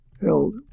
held